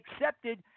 accepted